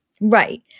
Right